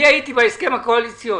אני הייתי בהסכם הקואליציוני.